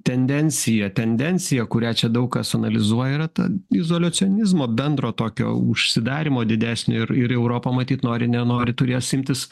tendencija tendencija kurią čia daug kas analizuoja yra ta izoliacionizmo bendro tokio užsidarymo didesnio ir ir europa matyt nori nenori turės imtis